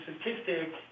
statistic